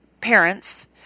parents